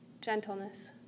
gentleness